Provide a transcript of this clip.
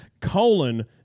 colon